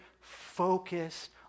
focused